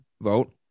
vote